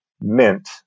mint